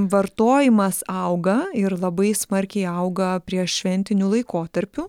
vartojimas auga ir labai smarkiai auga prieššventiniu laikotarpiu